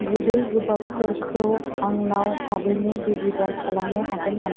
गोदै गोबाबफोरखौ आंनाव थाबैनो डिलिभार खालामनो हागोन नामा